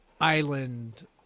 island